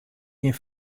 gjin